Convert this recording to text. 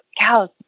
cows